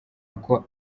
uko